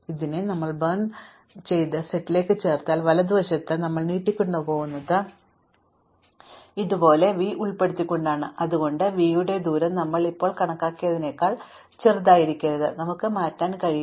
അതിനാൽ ഇത് ഇപ്പോൾ ഞങ്ങളുടെ കത്തിച്ച സെറ്റിലേക്ക് ചേർത്താൽ വലതുവശത്ത് ഞങ്ങൾ നീട്ടിക്കൊണ്ടുപോകുന്നത് ഇതുപോലെ വി ഉൾപ്പെടുത്തിക്കൊണ്ടാണ് അതിനാൽ വി യുടെ ദൂരം നമ്മൾ ഇപ്പോൾ കണക്കാക്കിയതിനേക്കാൾ ചെറുതായിരിക്കരുത് മാത്രമല്ല ഞങ്ങൾക്ക് മാറ്റാൻ കഴിയില്ല